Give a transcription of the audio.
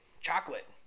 Chocolate